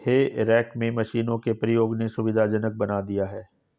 हे rake में मशीनों के प्रयोग ने सुविधाजनक बना दिया है